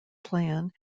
plan